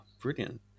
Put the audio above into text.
brilliant